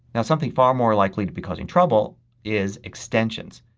now something far more likely to be causing trouble is extensions.